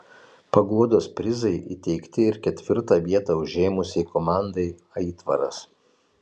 paguodos prizai įteikti ir ketvirtą vietą užėmusiai komandai aitvaras